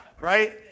Right